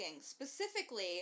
specifically